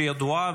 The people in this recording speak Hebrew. שהיא ידועה,